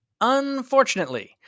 Unfortunately